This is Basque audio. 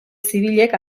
zibilek